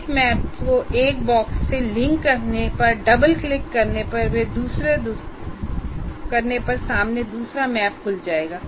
एक मैप को एक बॉक्स से लिंक करने पर डबल क्लिक करने पर सामने दूसरा मैप खुल जाएगा